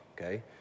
okay